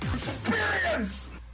EXPERIENCE